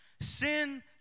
Sin